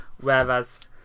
Whereas